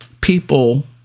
people